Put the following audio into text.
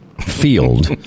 field